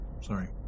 Sorry